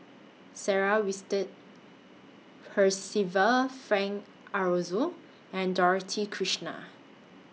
Sarah Winstedt Percival Frank Aroozoo and Dorothy Krishnan